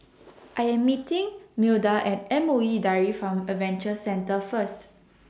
I Am meeting Milda At M O E Dairy Farm Adventure Centre First